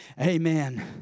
Amen